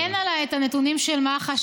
אין עליי את הנתונים של מח"ש.